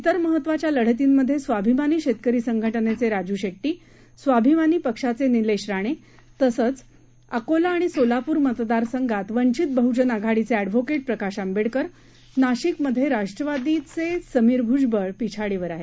विर महत्वाच्या लढतींमधे स्वाभिमानी शेतकरी संघटनेचे राजू शेट्टी स्वाभिमान पक्षाचे निलेश राणे तसंच अकोला आणि सोलापूर मतदारसंघात वंचित बहुजन आघाडीचे अछिहोकेट प्रकाश आंबेडकर नाशिकमधे राष्ट्रवादीचे समीर भुजबळ पिछाडीवर आहेत